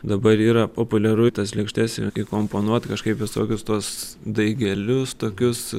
dabar yra populiaru į tas lėkštes ir įkomponuot kažkaip visokius tuos daigelius tokius